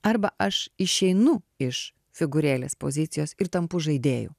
arba aš išeinu iš figūrėlės pozicijos ir tampu žaidėju